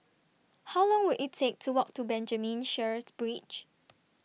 How Long Will IT Take to Walk to Benjamin Sheares Bridge